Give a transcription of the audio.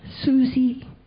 Susie